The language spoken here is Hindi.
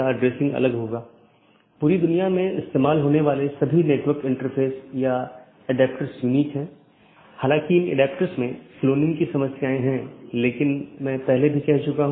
अपडेट मेसेज का उपयोग व्यवहार्य राउटरों को विज्ञापित करने या अव्यवहार्य राउटरों को वापस लेने के लिए किया जाता है